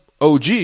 OG